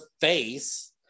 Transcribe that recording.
face